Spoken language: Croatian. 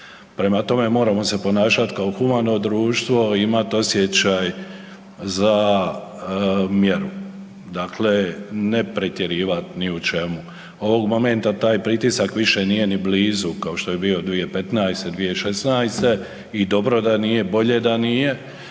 prema tome moramo se ponašat kao humano društvo, imat osjećaj za mjeru, dakle ne pretjerivat ni u čemu. Ovog momenta taj pritisak više nije ni blizu kao što je bio 2015.-te, 2016.-te, i dobro da nije, bolje da nije,